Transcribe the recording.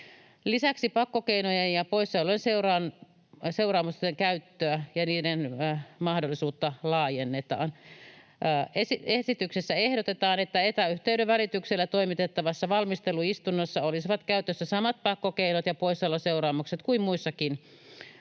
Lisäksi pakkokeinojen ja poissaolojen seuraamusten käyttöä ja niiden mahdollisuutta laajennetaan. Esityksessä ehdotetaan, että etäyhteyden välityksellä toimitettavassa valmisteluistunnossa olisivat käytössä samat pakkokeinot ja poissaoloseuraamukset kuin muissakin